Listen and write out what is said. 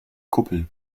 kuppel